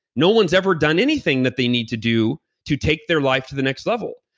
no one's ever done anything that they need to do to take their life to the next level.